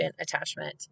attachment